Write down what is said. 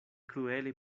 kruele